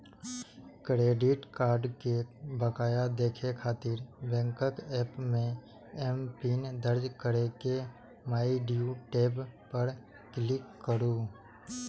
credit card के बकाया देखै खातिर बैंकक एप मे एमपिन दर्ज कैर के माइ ड्यू टैब पर क्लिक करू